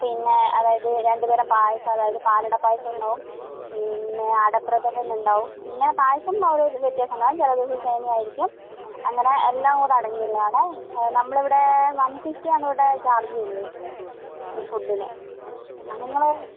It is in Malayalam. പിന്നെ അതായത് രണ്ട് തരം പായസം അതായത് പാലട പായസവും ഉണ്ടാവും പിന്നെ അടപ്രഥമൻ ഉണ്ടാവും പിന്നെ പായസം ഓരോ വ്യത്യാസം ഉണ്ടാവും ചില ദിവസം സേമിയ ആയിരിക്കും അങ്ങനെ എല്ലാം കൂടെ അടങ്ങിയുള്ളതാണ് നമ്മളിവിടെ വൺ ഫിഫ്റ്റി ആണ് ഇവിടെ ചാർജ് ചെയ്യുന്നത് ഒരു ഫുഡിന് എന്നാൽ നിങ്ങൾ